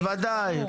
בטח, בוודאי.